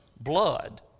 blood